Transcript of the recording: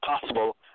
possible